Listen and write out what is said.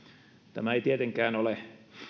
tämä ei tietenkään ole